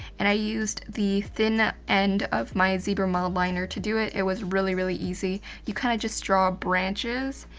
and i used the thin end of my zebra mild liner. to do it, it was really, really easy. you kind of just draw branches,